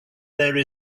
there